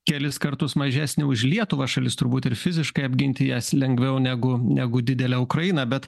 kelis kartus mažesnė už lietuvą šalis turbūt ir fiziškai apginti jas lengviau negu negu didelę ukrainą bet